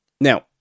Now